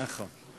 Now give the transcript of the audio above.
נכון.